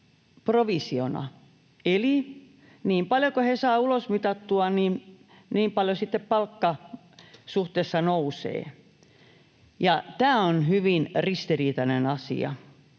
eli niin paljon kuin he saavat ulosmitattua, palkka suhteessa nousee. Tämä on hyvin ristiriitainen asia.